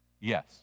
Yes